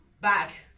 back